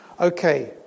Okay